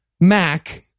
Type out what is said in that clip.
Mac